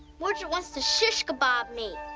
mordred wants to shish-kebab me.